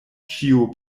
ĉio